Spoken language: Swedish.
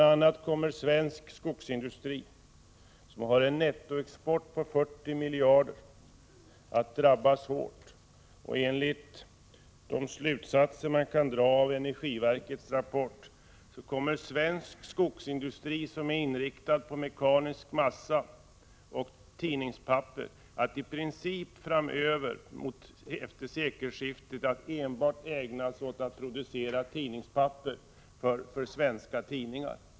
a. kommer svensk skogsindustri, som har en nettoexport på 40 miljarder, att drabbas hårt, och enligt de slutsatser som man kan dra av energiverkets rapport kommer svensk skogsindustri, som är inriktad på mekanisk massa och tidningspapper, att efter sekelskiftet i princip ägna sig enbart åt produktion av tidningspapper för svenska tidningar.